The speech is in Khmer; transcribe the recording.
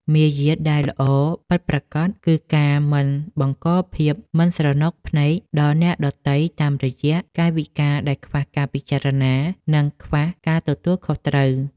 មារយាទដែលល្អពិតប្រាកដគឺការមិនបង្កភាពមិនស្រណុកភ្នែកដល់អ្នកដទៃតាមរយៈកាយវិការដែលខ្វះការពិចារណា និង ខ្វះការទទួលខុសត្រូវ។